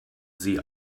sie